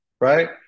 right